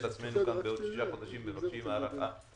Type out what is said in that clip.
עצמנו בעוד שישה חודשים מבקשים הארכה.